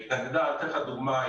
אתן לך דוגמה.